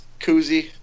koozie